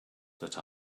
that